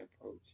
approach